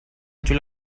july